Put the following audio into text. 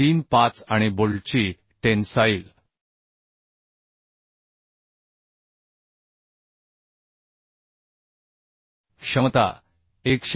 35 आणि बोल्टची टेन्साईल क्षमता 101